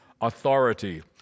authority